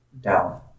down